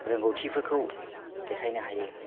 रोंगौथिफोरखौ देखायनो हायो